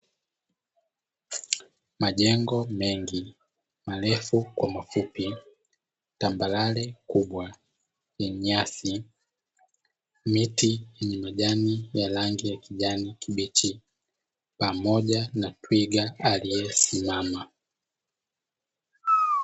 Majengo mengi marefu kwa mafupi, tambarare kubwa yenye nyasi, miti yenye majani ya rangi ya kijani kibichi pamoja na twiga aliyesimama.